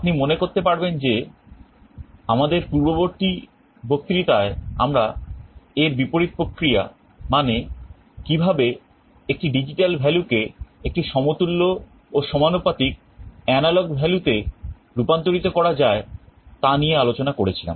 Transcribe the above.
আপনি মনে করতে পারবেন যে আমাদের পূর্ববর্তী বক্তৃতায় আমরা এর বিপরীত প্রক্রিয়া মানে কিভাবে একটি ডিজিটাল value কে একটি সমতুল্য ও সমানুপাতিক এনালগ value তে রূপান্তরিত করা যায় তা নিয়ে আলোচনা করেছিলাম